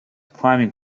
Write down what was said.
climbing